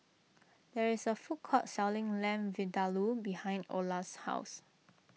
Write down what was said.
there is a food court selling Lamb Vindaloo behind Ola's house